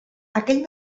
aquell